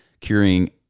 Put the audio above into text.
curing